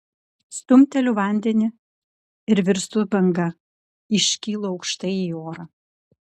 stumteliu vandenį ir virstu banga iškylu aukštai į orą